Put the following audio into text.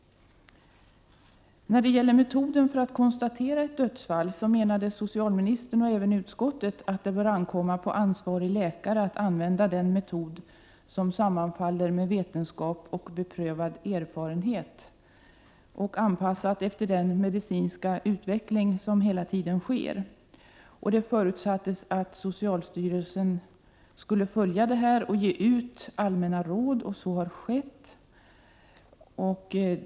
När det gäller metoden för att konstatera ett dödsfall menade socialministern och även utskottet att det borde ankomma på den ansvarige läkaren att tillämpa den metod som sammanfaller med vetenskap och beprövad erfarenhet, i överensstämmelse med den medicinska utveckling som hela tiden sker. Det förutsattes att socialstyrelsen skulle hörsamma detta och utfärda allmänna råd. Så har också skett.